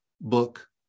book